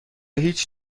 هیچ